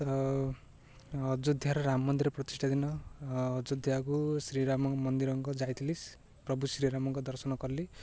ତ ଅଯୋଧ୍ୟାର ରାମ ମନ୍ଦିର ପ୍ରତିଷ୍ଠା ଦିନ ଅଯୋଧ୍ୟାକୁ ଶ୍ରୀରାମ ମନ୍ଦିରଙ୍କ ଯାଇଥିଲି ପ୍ରଭୁ ଶ୍ରୀରାମଙ୍କ ଦର୍ଶନ କଲି